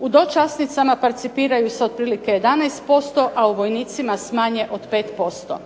U dočasnicama parcipiraju se otprilike 11%, a u vojnicima s manje od 5%.